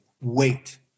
wait